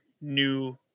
new